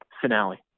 finale